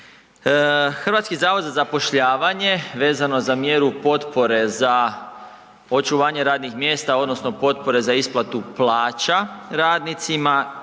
naravno gospodarskih mjera. HZZ vezano za mjeru potpore za očuvanje radnih mjesta odnosno potpore za isplatu plaća radnicima